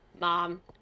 mom